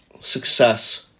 success